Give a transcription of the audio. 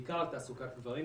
בעיקר על תעסוקת גברים,